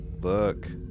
Look